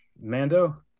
Mando